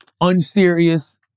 unserious